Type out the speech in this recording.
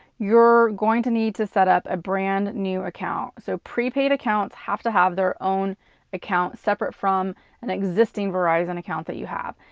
you're going to need to set up a brand new account. so, prepaid accounts have to have their own account, separate from an existing verizon account that you have.